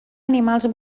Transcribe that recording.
animals